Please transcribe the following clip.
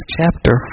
chapter